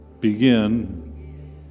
begin